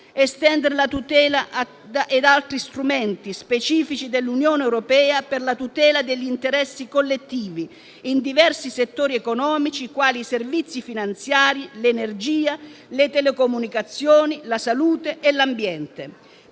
estendere la tutela ad altri strumenti specifici dell'Unione europea per la tutela degli interessi collettivi in diversi settori economici, quali i servizi finanziari, l'energia, le telecomunicazioni, la salute e l'ambiente;